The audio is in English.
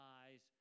eyes